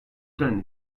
denli